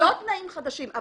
לא תנאים חדשים.